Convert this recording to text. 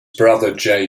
brother